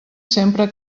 sempre